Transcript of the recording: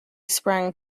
sprang